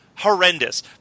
horrendous